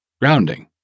grounding